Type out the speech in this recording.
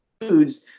foods